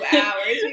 hours